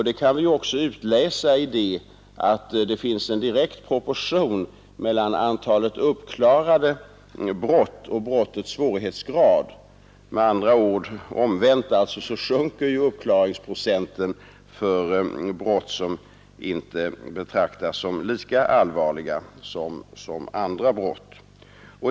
Det kan man också utläsa i att det finns en direkt omvänd proportion mellan antalet uppklarade brott och brottens svårighetsgrad med lägre uppklaringsprocent för brott som inte betraktas lika allvarliga som andra brott.